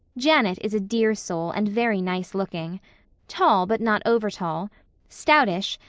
janet is a dear soul and very nicelooking tall, but not over-tall stoutish,